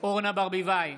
אורנה ברביבאי,